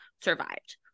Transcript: survived